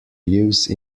use